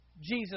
Jesus